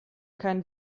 kein